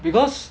because